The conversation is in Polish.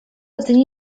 dni